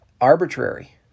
arbitrary